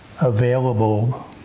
available